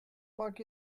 fuck